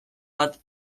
bat